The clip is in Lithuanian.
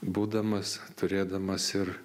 būdamas turėdamas ir